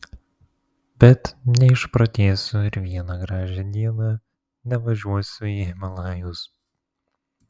bet neišprotėsiu ir vieną gražią dieną nevažiuosiu į himalajus